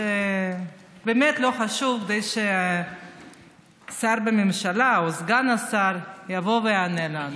זה באמת לא חשוב כדי ששר בממשלה או סגן השר יבוא ויענה לנו.